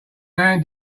man